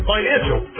Financial